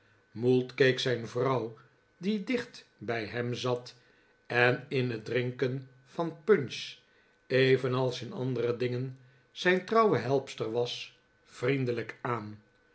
mould keek zijn vrouw die dicht bij hem zat en in het drinken van punch evenals in andere dingen zijn trouwe helpster was vriendelijk aan